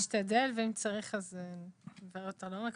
אני אשתדל ואם צריך, ניכנס לעומק.